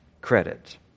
credit